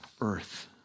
earth